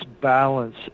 balance